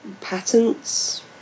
patents